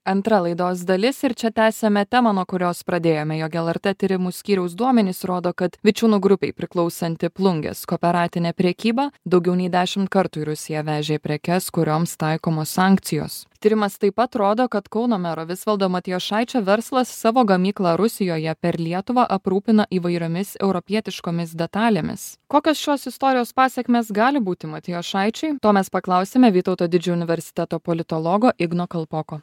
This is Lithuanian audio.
antra laidos dalis ir čia tęsiame temą nuo kurios pradėjome jog lrt tyrimų skyriaus duomenys rodo kad vičiūnų grupei priklausanti plungės kooperatinė prekyba daugiau nei dešimt kartų į rusiją vežė prekes kurioms taikomos sankcijos tyrimas taip pat rodo kad kauno mero visvaldo matijošaičio verslas savo gamyklą rusijoje per lietuvą aprūpina įvairiomis europietiškomis detalėmis kokios šios istorijos pasekmės gali būti matijošaičiui to mes paklausime vytauto didžiojo universiteto politologo igno kalpoko